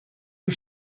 was